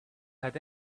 had